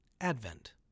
Advent